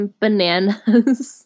bananas